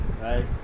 right